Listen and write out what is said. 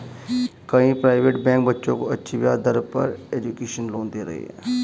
कई private bank बच्चों को अच्छी ब्याज दर पर एजुकेशन लोन दे रहे है